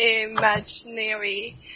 imaginary